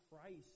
Christ